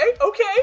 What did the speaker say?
Okay